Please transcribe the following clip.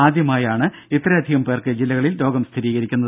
ആദ്യമായാണ് ഇത്രയധികം പേർക്ക് രോഗം സ്ഥിരീകരിക്കുന്നത്